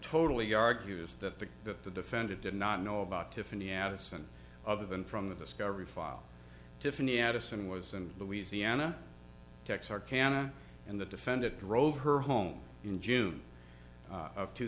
totally argues that the that the defendant did not know about tiffany addison other than from the discovery file tiffany addison was in louisiana texarkana and the defendant drove her home in june of two